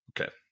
Okay